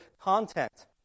content